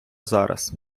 зараз